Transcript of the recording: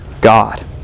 God